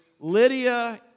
Lydia